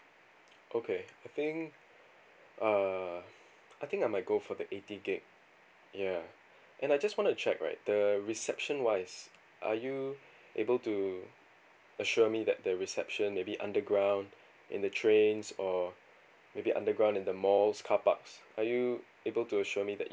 okay I think uh I think I might go for the eighty gig ya and I just want to check right the reception wise are you able to assure me that the reception maybe underground in the trains or maybe underground in the malls carparks are you able to assure me that